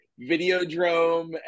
videodrome